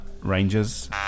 Rangers